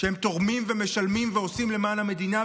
שהם תורמים ומשלמים ועושים למען המדינה,